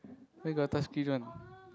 where got touchscreen one